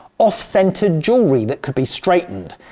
off centered jewelry that could be straightened.